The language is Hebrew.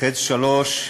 "חץ 3",